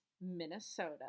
Minnesota